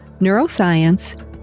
neuroscience